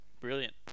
brilliant